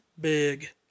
big